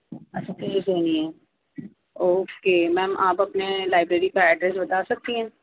اچھا کیش دینی ہے اوکے میم آپ اپنے لائبریری کا ایڈریس بتا سکتی ہیں